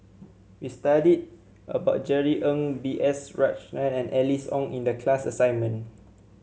we studied about Jerry Ng B S Rajhans and Alice Ong in the class assignment